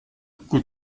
gut